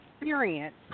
experience